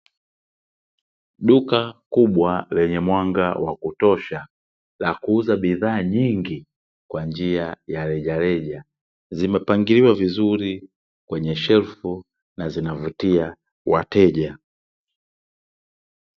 Duka kubwa lenye mwanga wa kutosha la kuuza bidhaa nyingi kwa njia ya rejareja. Zimepangiliwa vizuri kwenye shelfu na zinavutia wateja.